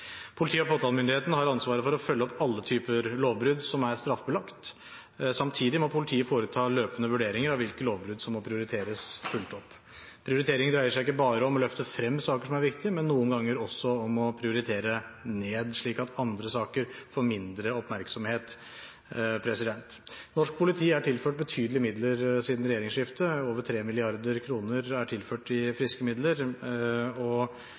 og påtalemyndigheten har ansvaret for å følge opp alle typer lovbrudd som er straffbelagt. Samtidig må politiet foreta løpende vurderinger av hvilke lovbrudd som må prioriteres og bli fulgt opp. Prioriteringer dreier seg ikke bare om å løfte frem saker som er viktige, men noen ganger også om å prioritere ned, slik at andre saker får mindre oppmerksomhet. Norsk politi er tilført betydelige midler siden regjeringsskiftet, over 3 mrd. kr er tilført i friske midler,